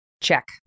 Check